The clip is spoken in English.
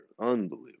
Unbelievable